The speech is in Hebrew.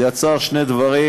זה יצר שני דברים,